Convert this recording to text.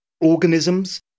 organisms